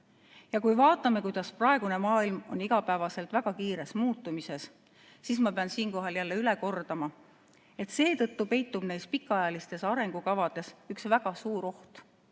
Ja kui vaatame, kuidas praegune maailm on igapäevases väga kiires muutumises, siis ma pean siinkohal üle kordama, et seetõttu peitub neis pikaajalistes arengukavades üks väga suur oht: